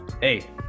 hey